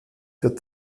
für